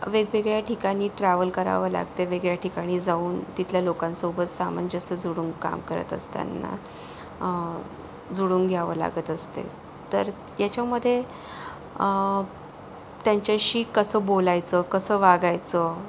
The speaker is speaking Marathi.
वेगवेगळ्या ठिकाणी ट्रॅव्हल करावं लागतं वेगळ्या ठिकाणी जाऊन तिथल्या लोकांसोबत सामंजस्य जुळवून काम करत असताना जुळवून घ्यावं लागत असते तर याच्यामध्ये त्यांच्याशी कसं बोलायचं कसं वागायचं